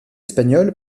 espagnoles